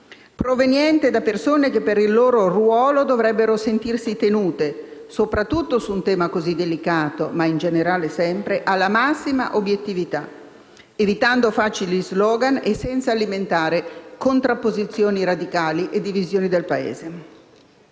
provenienti da persone che per il loro ruolo dovrebbero sentirsi tenute (soprattutto su un tema così delicato, ma in generale sempre) alla massima obiettività, evitando facili slogan e senza alimentare contrapposizioni radicali e divisioni del Paese.